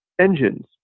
engines